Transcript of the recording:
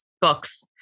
books